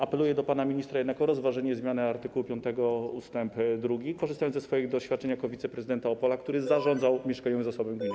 Apeluję do pana ministra jednak o rozważenie zmiany art. 5 ust. 2, korzystając ze swoich doświadczeń jako wiceprezydenta Opola, który zarządzał mieszkaniowym zasobem gminy.